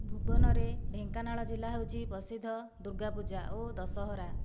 ଭୁବନରେ ଢେଙ୍କାନାଳ ଜିଲ୍ଲା ହେଉଛି ପ୍ରସିଦ୍ଧ ଦୁର୍ଗାପୂଜା ଓ ଦଶହରା